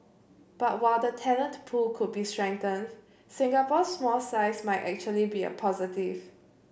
but while the talent pool could be strengthened Singapore's small size might actually be a positive